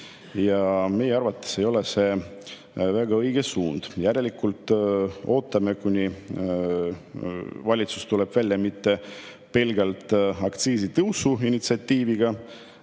ja meie arvates ei ole see väga õige suund. Järelikult ootame, kuni valitsus tuleb Riigikokku mitte pelgalt aktsiisitõusu initsiatiiviga,